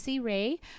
Ray